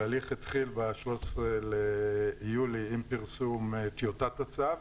התהליך התחיל ב-13 ביולי עם פרסום טיוטת הצו,